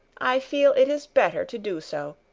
i feel it is better to do so.